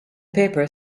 paper